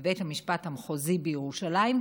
בית המשפט המחוזי בירושלים,